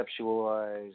conceptualize